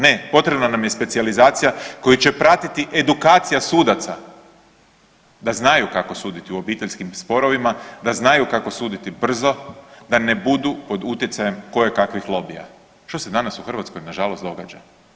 Ne, potrebna nam je specijalizacija koju će pratiti edukacija sudaca da znaju kako suditi u obiteljskim sporovima, da znaju kako suditi brzo, da ne budu pod utjecajem kojekakvih lobija, što se danas u Hrvatskoj nažalost događa.